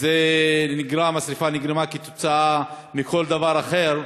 והשרפה נגרמה מכל דבר אחר,